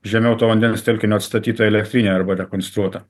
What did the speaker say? žemiau to vandens telkinio atstatyta elektrinė arba rekonstruota